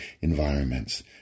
environments